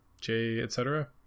J-etc